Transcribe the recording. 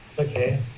Okay